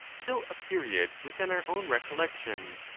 till a period within our own recollection.